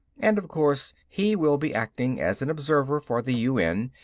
and, of course, he will be acting as an observer for the un,